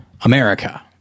America